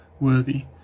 worthy